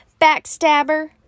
backstabber